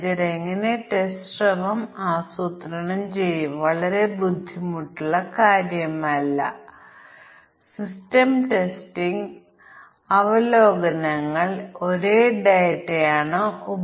അതിനാൽ black box test സ്യൂട്ടിൽ നമ്മൾ ആദ്യം ചർച്ച ചെയ്യേണ്ടത് തുല്യത ക്ലാസാണ് കൂടാതെ ഞങ്ങൾ ചർച്ച ചെയ്തവയിലേക്ക് തിരിഞ്ഞുനോക്കുകയാണെങ്കിൽ